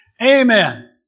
Amen